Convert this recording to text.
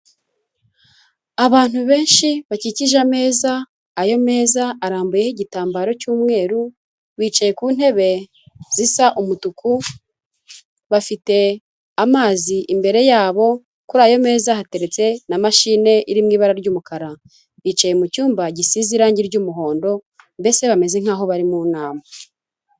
Abantu benshi bakikije ameza, ayo meza arambuyeho igitambaro cy'umweru, bicaye ku ntebe zisa umutuku, bafite amazi imbere yabo, kuri ayo meza hateretse na mashine iri mu ibara ry'umukara. Bicaye mu cyumba gisize irangi ry'umuhondo, mbese bameze nk'aho bari mu nama.